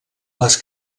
les